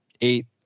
eight